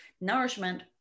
nourishment